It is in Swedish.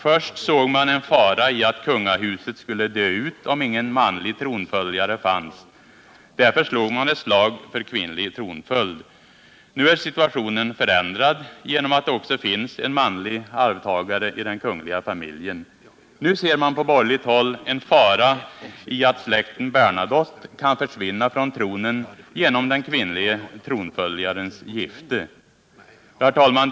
Först såg man en fara i att kungahuset skulle dö ut, om ingen manlig tronföljare fanns. Därför slog man ett slag för kvinnlig tronföljd. Nu är situationen förändrad, eftersom det också finns en manlig arvtagare i den kungliga familjen. Nu ser man på borgerligt håll en fara i att släkten Bernadotte kan försvinna från tronen till följd av den kvinnliga tronföljarens giftermål. Herr talman!